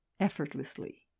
Effortlessly